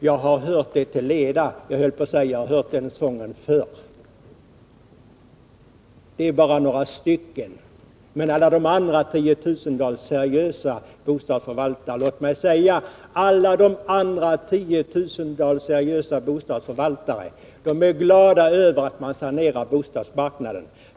Jag har hört det där till leda, jag har hört den sången förr. Det är bara några stycken, men låt mig säga att alla de andra tiotusentals seriösa bostadsförvaltarna är glada över att man sanerar bostadsmarknaden.